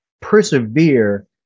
persevere